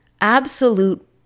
absolute